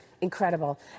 Incredible